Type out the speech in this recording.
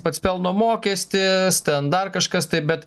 pats pelno mokestis ten dar kažkas taip bet